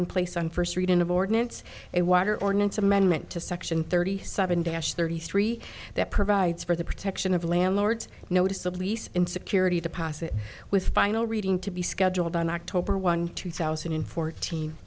in place on first reading of ordinance a water ordinance amendment to section thirty seven dash thirty three that provides for the protection of landlords noticeably in security deposit with final reading to be scheduled on october one two thousand and fourte